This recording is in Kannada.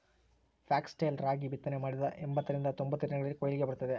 ಫಾಕ್ಸ್ಟೈಲ್ ರಾಗಿ ಬಿತ್ತನೆ ಮಾಡಿದ ಎಂಬತ್ತರಿಂದ ತೊಂಬತ್ತು ದಿನಗಳಲ್ಲಿ ಕೊಯ್ಲಿಗೆ ಬರುತ್ತದೆ